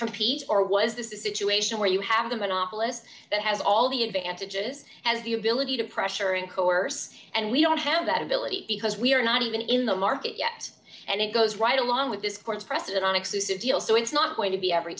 compete or was this a situation where you have the monopolist that has all the advantages has the ability to pressure and coerce and we don't have that ability because we are not even in the market yet and it goes right along with this court's precedent on exclusive deals so it's not going to be every